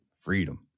Freedom